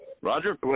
Roger